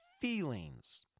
Feelings